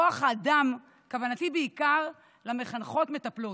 כוח האדם, כוונתי בעיקר למחנכות מטפלות.